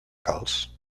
calç